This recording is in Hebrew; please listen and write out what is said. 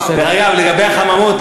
לגבי החממות,